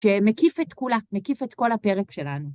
שמקיף את כולה. מקיף את כל הפרק שלנו.